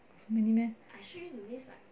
so many meh